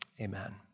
amen